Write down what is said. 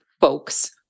folks